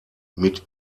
mit